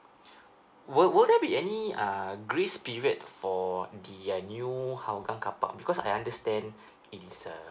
would would there be any uh grace period for the uh new hougang carpark because I understand it is a